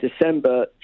December